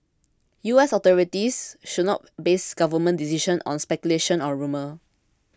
U S authorities should not base government decisions on speculation or rumour